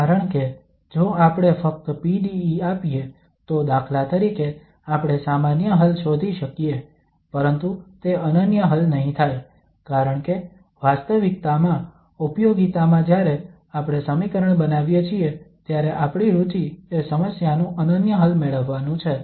કારણ કે જો આપણે ફક્ત PDE આપીએ તો દાખલા તરીકે આપણે સામાન્ય હલ શોધી શકીએ પરંતુ તે અનન્ય હલ નહીં થાય કારણ કે વાસ્તવિકતામાં ઉપિયોગિતામાં જ્યારે આપણે સમીકરણ બનાવીએ છીએ ત્યારે આપણી રુચિ એ સમસ્યાનું અનન્ય હલ મેળવવાનું છે